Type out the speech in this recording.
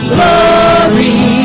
Glory